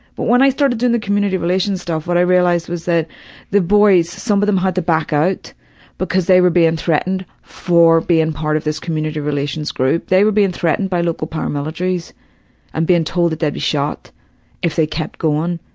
but when i started doing the community relations stuff what i realized was that the boys, some of them had to back out because they were being threatened for being and part of this community relations group. they were being threatened by local paramilitaries and being told that they'd be shot if they kept going.